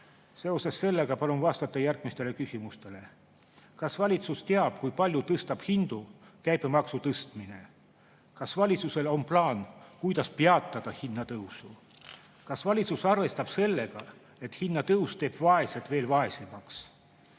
Seoses sellega palume vastata järgmistele küsimustele. Kas valitsus teab, kui palju tõstab hindu käibemaksu tõstmine? Kas valitsusel on plaan, kuidas peatada hinnatõusu? Kas valitsus arvestab sellega, et hinnatõus teeb vaesed veel vaesemaks?